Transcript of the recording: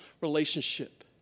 relationship